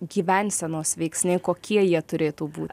gyvensenos veiksniai kokie jie turėtų būt